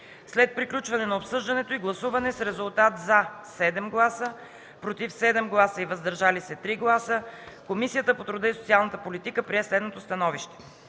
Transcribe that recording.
След приключване на обсъждането и гласуване с резултати: „за” – 7 гласа, „против” – 7 гласа и „въздържали се” – 3 гласа, Комисията по труда и социалната политика прие следното становище: